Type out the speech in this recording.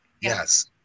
Yes